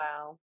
Wow